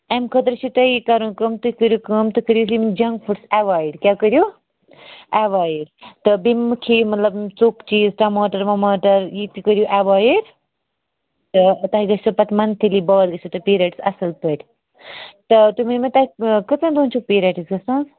امہِ خٲطرٕ چھُو تۄہہِ یہِ کرُن کٲم تُہۍ کرِو کٲم تُہۍ کٔرۍ وُکھ یِم جنک فُڈٕس ایوایڈ کیٛاہ کرِو ایوایڈ تہٕ بیٚیہِ مہٕ کھٮ۪و یَم ژوکہ ٹماٹر وماٹر یہِ تہِ کرِو ایوایڈ تہٕ تۄہہِ گژھیو پتہٕ منتھلی بعد گژھیو تۄہہِ پیرڈس اصٕل پٲٹھۍ تہِ تۄہہِ ؤنِو مےٚ تۄہہِ کٔژن دۄہن چھُو پیٖرڈس گژھان